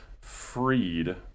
freed